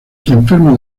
enfermo